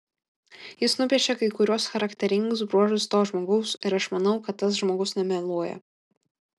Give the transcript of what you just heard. jis nupiešė kai kuriuos charakteringus bruožus to žmogaus ir aš manau kad tas žmogus nemeluoja